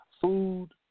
food